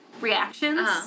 reactions